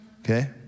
Okay